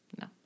No